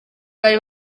bari